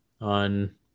on